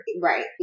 Right